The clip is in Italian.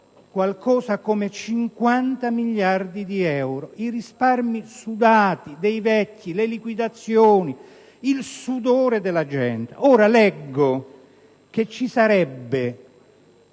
qualcosa come 50 miliardi di euro: i risparmi sudati, i risparmi dei vecchi, le liquidazioni, il sudore della gente. Ora leggo che sarebbe